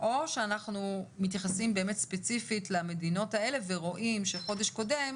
או שאנחנו מתייחסים באמת ספציפית למדינות האלה ורואים שחודש קודם